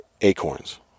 acorns